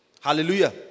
Hallelujah